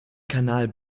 kanal